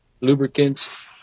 lubricants